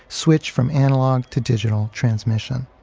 switched from analog to digital transmission,